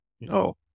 No